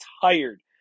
tired